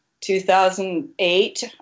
2008